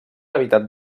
evitat